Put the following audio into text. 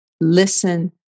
Listen